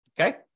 okay